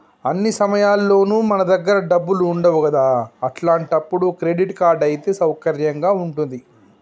అన్ని సమయాల్లోనూ మన దగ్గర డబ్బులు ఉండవు కదా అట్లాంటప్పుడు క్రెడిట్ కార్డ్ అయితే సౌకర్యంగా ఉంటది